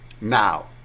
now